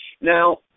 Now